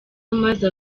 maze